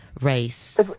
race